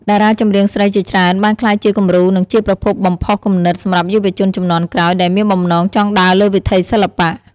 តារាចម្រៀងស្រីជាច្រើនបានក្លាយជាគំរូ និងជាប្រភពបំផុសគំនិតសម្រាប់យុវជនជំនាន់ក្រោយ ដែលមានបំណងចង់ដើរលើវិថីសិល្បៈ។